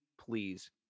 please